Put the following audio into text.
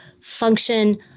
function